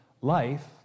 life